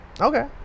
Okay